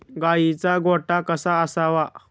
गाईचा गोठा कसा असावा?